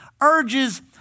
urges